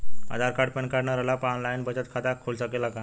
आधार card PAN card न रहला पर आन लाइन बचत खाता खुल सकेला का?